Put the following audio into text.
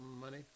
money